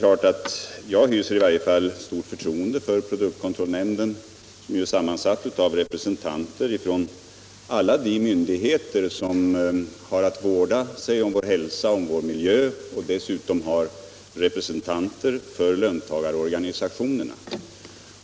Jag hyser förtroende för produktkontrollnämnden, som är sammansatt av representanter för alla de myndigheter som har till uppgift att vårda sig om vår hälsa och vår miljö och av representaner för löntagarorganisationerna.